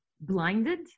blinded